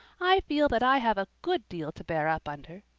i feel that i have a good deal to bear up under.